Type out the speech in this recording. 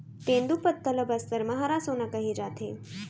तेंदूपत्ता ल बस्तर म हरा सोना कहे जाथे